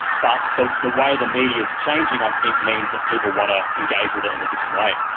but the the way the media is changing i think means that people want to engage with it in a different way.